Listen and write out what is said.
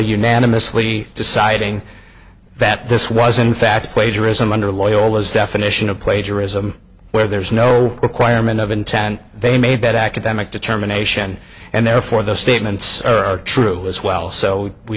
unanimously deciding that this was in fact a plagiarism under loyalist definition of plagiarism where there's no requirement of intent they made that academic determination and therefore the statements are true as well so we